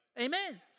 Amen